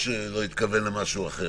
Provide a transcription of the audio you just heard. גם המגיש לא התכוון למשהו אחר,